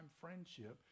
friendship